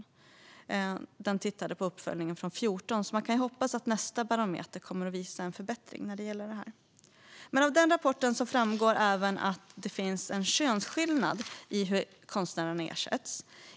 I den tittade man på tillämpningen under 2014. Vi kan hoppas att nästa barometer kommer att visa en förbättring när det gäller det här. Av rapporten framgår även att det finns en könsskillnad i hur konstnärerna ersätts.